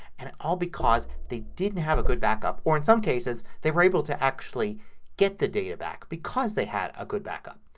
and all because they didn't have a good backup or in some cases they were able to actually get the data back because they had a good backup.